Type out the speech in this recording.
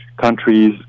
countries